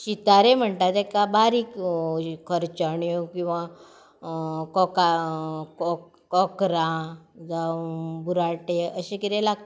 शितारे म्हणटा ताका बारीक खरचाण्यो किंवा कोंका कोंकरां जावं बुराटे अशें कितेंय लागता